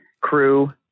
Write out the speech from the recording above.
crew